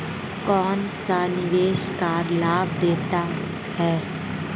कौनसा निवेश कर लाभ देता है?